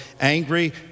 angry